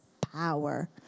power